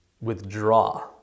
withdraw